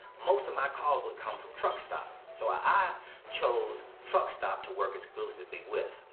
most of my calls would come from truckstop. so i chose truckstop to work exclusively with.